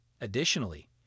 Additionally